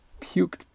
puked